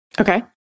Okay